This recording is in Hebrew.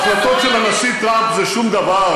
ההחלטות של הנשיא טראמפ זה שום דבר,